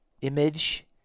image